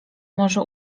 może